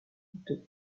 quito